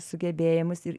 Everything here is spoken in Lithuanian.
sugebėjimus ir